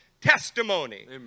testimony